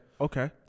okay